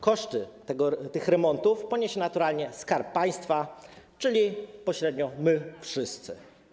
Koszty tych remontów poniesie naturalnie Skarb Państwa, czyli pośrednio my wszyscy.